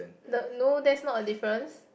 the no that's not a difference